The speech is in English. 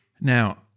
Now